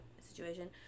situation